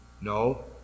No